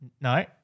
No